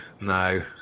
no